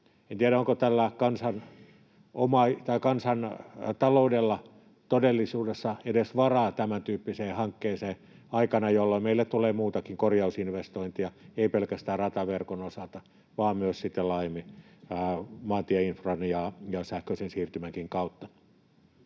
En tiedä, onko tällä kansantaloudella todellisuudessa edes varaa tämäntyyppiseen hankkeeseen aikana, jolloin meille tulee muitakin korjausinvestointeja, ei pelkästään rataverkon osalta vaan myös laajemmin maantieinfran ja sähköisen siirtymänkin kautta.